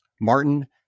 Martin